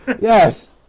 Yes